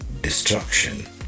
destruction